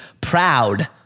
proud